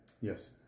Yes